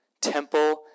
temple